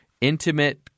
intimate